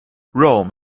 rome